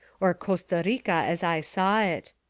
or costa rica as i saw it.